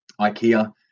Ikea